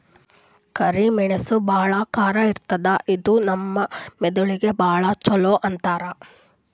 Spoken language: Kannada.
ಕರಿ ಮೆಣಸ್ ಭಾಳ್ ಖಾರ ಇರ್ತದ್ ಇದು ನಮ್ ಮೆದಳಿಗ್ ಭಾಳ್ ಛಲೋ ಅಂತಾರ್